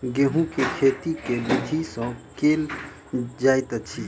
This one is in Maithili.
गेंहूँ केँ खेती केँ विधि सँ केल जाइत अछि?